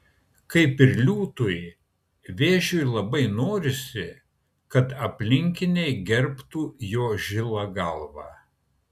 kaip ir liūtui vėžiui labai norisi kad aplinkiniai gerbtų jo žilą galvą